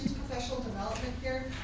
professional development here,